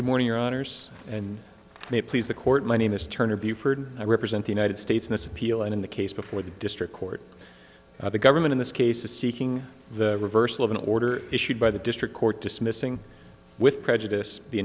good morning your honors and may please the court my name is turner buford i represent the united states in this appeal and in the case before the district court the government in this case is seeking the reversal of an order issued by the district court dismissing with prejudice the